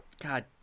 God